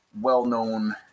well-known